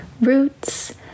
Roots